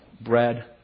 bread